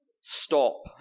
Stop